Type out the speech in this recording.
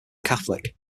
catholic